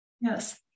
Yes